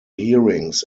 hearings